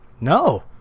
No